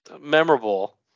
memorable